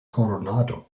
coronado